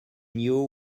knew